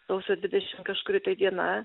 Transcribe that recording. sausio dvidešim kažkuri tai diena